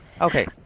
Okay